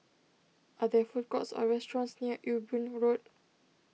are there food courts or restaurants near Ewe Boon Road